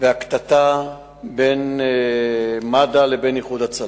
והקטטה בין מד"א לבין "איחוד הצלה".